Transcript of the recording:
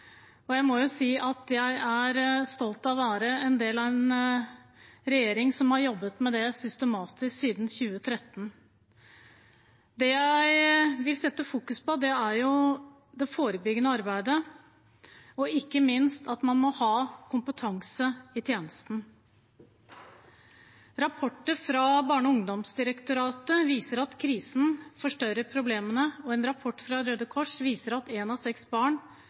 og jeg må si jeg er stolt av å være en del av en regjering som har jobbet med det systematisk siden 2013. Det jeg vil fokusere på, er det forebyggende arbeidet, ikke minst at man må ha kompetanse i tjenesten. Rapporter fra Barne- og ungdomsdirektoratet viser at krisen forstørrer problemene, og en rapport fra Røde Kors viser at ett av seks barn